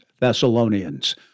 Thessalonians